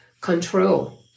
control